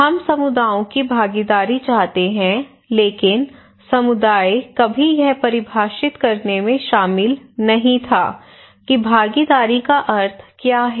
हम समुदायों की भागीदारी चाहते हैं लेकिन समुदाय कभी यह परिभाषित करने में शामिल नहीं था कि भागीदारी का अर्थ क्या है